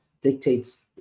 dictates